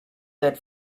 that